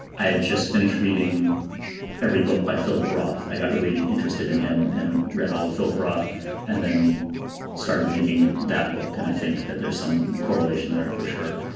i had just finished reading every book by philip roth. i got really interested in him and read all the philip roth and then started making that book. and i think that there's some correlation there for sure.